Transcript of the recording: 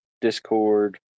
Discord